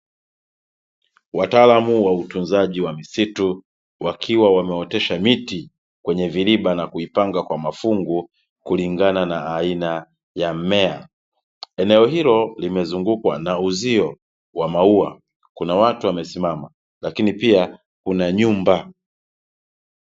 Watalamu wa utunzaji wa misitu, wakiwa wameotesha miti kwenye viriba na kuipanga kwa mafungu kulingana na aina ya mmea. Eneo hilo limezungukwa na uzio wa maua, kuna watu wamesimama lakini pia kuna nyumba.